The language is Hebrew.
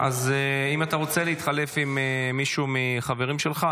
אם אתה רוצה להתחלף עם מישהו מהחברים שלך,